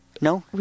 No